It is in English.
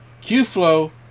Q-Flow